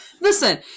listen